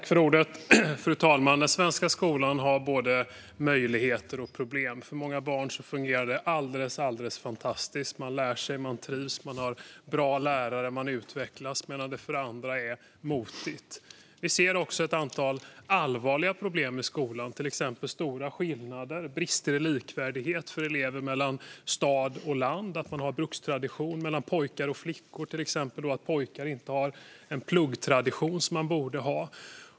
Fru talman! Den svenska skolan har både möjligheter och problem. För många barn fungerar det alldeles fantastiskt. De lär sig, de trivs, de har bra lärare och de utvecklas medan det för andra är motigt. Vi ser också ett antal allvarliga problem med skolan. Det är till exempel stora skillnader och brister i likvärdighet för elever mellan stad och land. Man har en brukstradition och till exempel skillnader mellan pojkar och flickor. Pojkar har inte en pluggtradition som de borde ha.